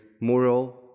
moral